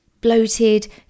bloated